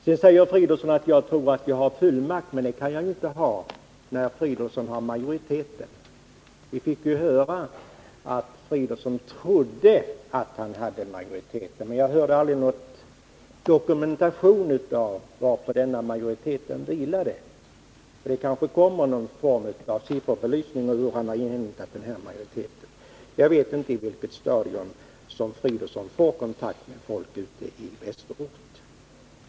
Sedan säger herr Fridolfsson att han tror att jag har fullmakt, men det kan jag ju inte ha, när herr Fridolfsson har majoriteten. Vi fick ju höra att herr Fridolfsson trodde att han hade majoriteten. Men jag hörde inte någonting om den dokumentation varpå denna majoritet vilar. Men det kanske kommer någon form av sifferbevisning angående den här majoriteten. Jag vet inte på vilket stadium herr Fridolfsson får kontakt med folk ute i västerort.